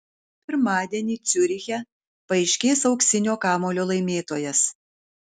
pirmadienį ciuriche paaiškės auksinio kamuolio laimėtojas